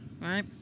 right